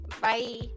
Bye